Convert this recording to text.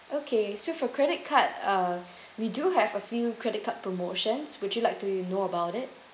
okay so for credit card uh we do have a few credit card promotions would you like to know about it